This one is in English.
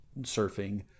surfing